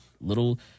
little